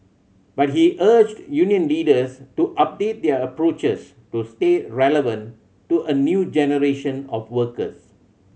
but he urged union leaders to update their approaches to stay relevant to a new generation of workers